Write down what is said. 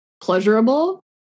pleasurable